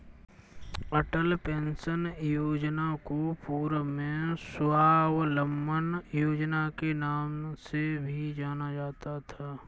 अटल pension Yojana को पूर्व में स्वाबलंबन योजना के नाम से भी जाना जाता था